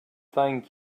thank